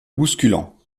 bousculant